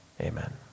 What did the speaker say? amen